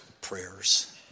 prayers